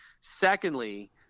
Secondly